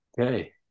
okay